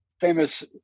famous